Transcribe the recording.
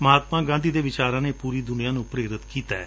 ਮਹਾਤਮਾ ਗਾਧੀ ਦੇ ਵਿਚਾਰਾ ਨੇ ਪੂਰੀ ਦੂਨੀਆ ਨੂੰ ਪ੍ਰੇਰਤ ਕੀਤੈ